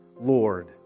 Lord